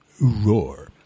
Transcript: Roar